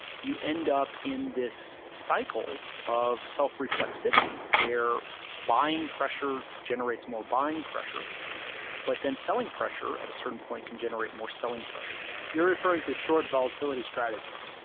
you end up in this cycle of self-reflexivity where buying pressure generates more buying pressure but then selling pressure at a certain point can generate more selling pressure. you're referring to short volatility strategies.